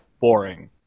boring